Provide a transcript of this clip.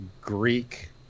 Greek